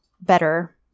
better